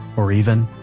or even,